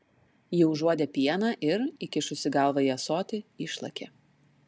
ji užuodė pieną ir įkišusi galvą į ąsotį išlakė